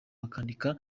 bakandika